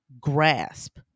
grasp